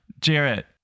Jarrett